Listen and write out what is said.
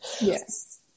yes